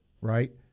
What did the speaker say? right